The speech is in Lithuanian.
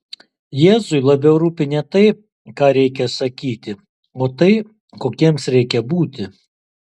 jėzui labiau rūpi ne tai ką reikia sakyti o tai kokiems reikia būti